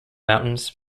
mountains